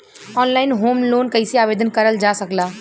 Online home loan कैसे आवेदन करल जा ला?